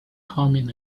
coming